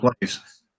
place